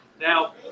Now